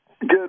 Good